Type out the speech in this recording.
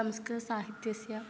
संस्कृतसाहित्यस्य